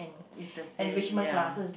is the same ya